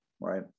right